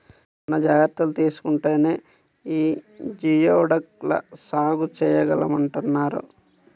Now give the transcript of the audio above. చానా జాగర్తలు తీసుకుంటేనే యీ జియోడక్ ల సాగు చేయగలమంటన్నారు